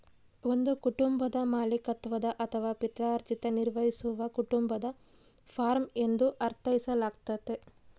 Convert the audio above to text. ಒಂದು ಕುಟುಂಬದ ಮಾಲೀಕತ್ವದ ಅಥವಾ ಪಿತ್ರಾರ್ಜಿತ ನಿರ್ವಹಿಸುವ ಕುಟುಂಬದ ಫಾರ್ಮ ಎಂದು ಅರ್ಥೈಸಲಾಗ್ತತೆ